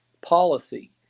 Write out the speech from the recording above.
policy